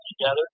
together